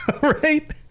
right